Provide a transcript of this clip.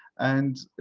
and